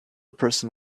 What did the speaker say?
person